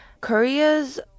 Korea's